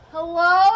Hello